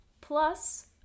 plus